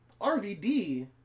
RVD